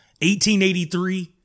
1883